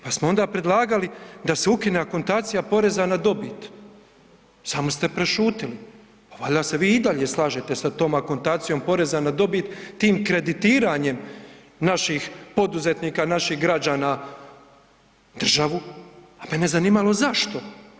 Pa smo onda predlagali da se ukine akontacija poreza na dobit, samo ste prešutjeli, pa valjda se vi i dalje slažete sa tom akontacijom poreza na dobit, tim kreditiranjem naših poduzetnika, naših građana državu, a ne bi me zanimalo zašto.